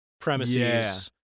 premises